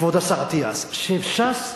כבוד השר אטיאס, שש"ס